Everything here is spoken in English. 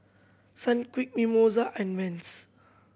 Sunquick Mimosa and Vans